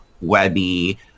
webby